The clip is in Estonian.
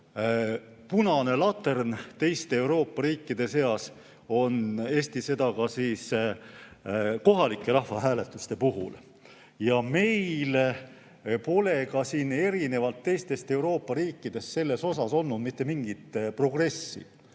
punane latern teiste Euroopa riikide seas, on Eesti seda ka kohalike rahvahääletuste puhul. Meil pole ka siin, erinevalt teistest Euroopa riikidest, olnud mitte mingit progressi.